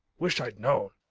wish i'd known.